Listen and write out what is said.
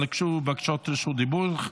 אבל הוגשו בקשות רשות דיבור.